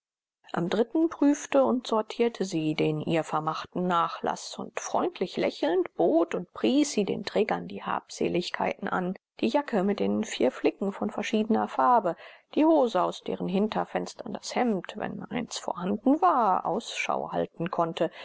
am dritten prüfte und sortierte sie den ihr vermachten nachlaß und freundlich lächelnd bot und pries sie den trägern die habseligkeiten an die jacke mit den vier flicken von verschiedener farbe die hose aus deren hinterfenstern das hemd wenn eins vorhanden war ausschau halten konnte